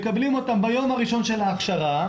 מקבלים אותם ביום הראשון של ההכשרה,